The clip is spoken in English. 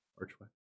archway